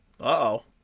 Uh-oh